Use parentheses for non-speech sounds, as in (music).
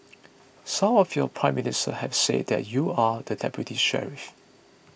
(noise) some of your Prime Ministers have said that you are the deputy sheriff